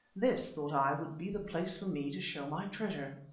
this, thought i, would be the place for me to show my treasure.